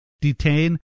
detain